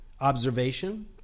observation